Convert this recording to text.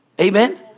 amen